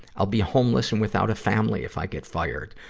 i'll be homeless and without a family if i get fired.